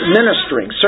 ministering